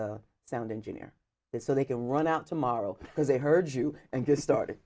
sound engineer it so they can run out tomorrow so they heard you and just started